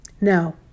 No